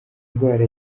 ndwara